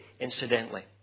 incidentally